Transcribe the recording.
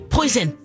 Poison